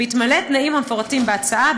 בהתמלא תנאים המפורטים בהצעה,